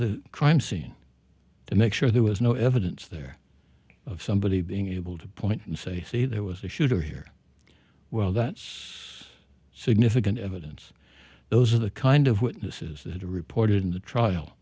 the crime scene to make sure there was no evidence there of somebody being able to point and say see there was a shooter here well that's significant evidence those are the kind of witnesses that are reported in the trial